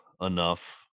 enough